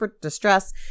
distress